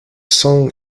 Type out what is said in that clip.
song